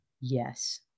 yes